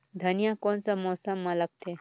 धनिया कोन सा मौसम मां लगथे?